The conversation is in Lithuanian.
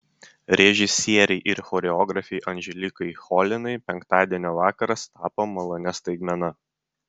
režisierei ir choreografei anželikai cholinai penktadienio vakaras tapo malonia staigmena